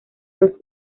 dos